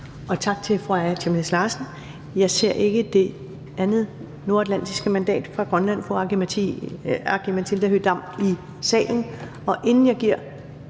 Tak til fru Aaja Chemnitz Larsen. Jeg ser ikke det andet nordatlantiske mandat fra Grønland, fru Aki-Matilda Høegh-Dam, i salen,